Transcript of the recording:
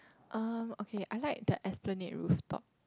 uh okay I like the Esplanade rooftop